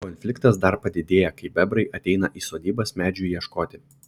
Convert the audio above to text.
konfliktas dar padidėja kai bebrai ateina į sodybas medžių ieškoti